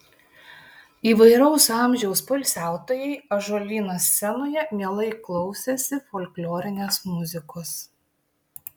įvairaus amžiaus poilsiautojai ąžuolyno scenoje mielai klausėsi folklorinės muzikos